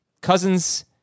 Cousins